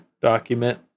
document